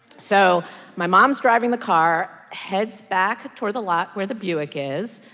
so my mom's driving the car, heads back toward the lot where the buick is,